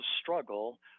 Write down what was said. struggle